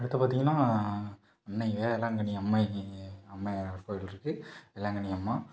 அடுத்த பார்த்திங்கனா அன்னை வேளாங்கண்ணி அம்மை அம்மையார் கோவில்ருக்கு வேளாங்கண்ணி அம்மா